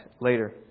later